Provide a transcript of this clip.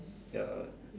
ya